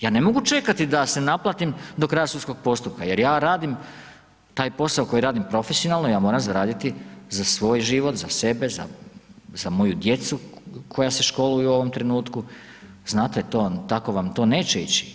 Ja ne mogu čekati da se naplatim do kraja sudskog postupka jer ja radim taj posao koji radim profesionalno, ja moram zaraditi za svoj život, za sebe, za moju djecu koja se školuju u ovom trenutku, znate to, tako vam to neće ići.